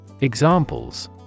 Examples